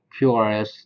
qrs